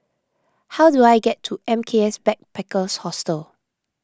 how do I get to M K S Backpackers Hostel